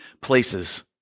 places